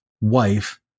wife